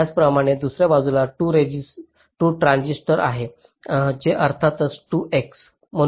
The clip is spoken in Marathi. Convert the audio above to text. त्याचप्रमाणे दुसर्या बाजूला 2 ट्रांजिस्टर आहेत जे अर्थातच 2 x